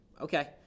Okay